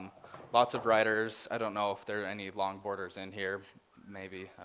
lots of writers, i don't know if there are any long borders in here maybe